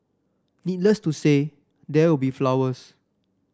needless to say there will be flowers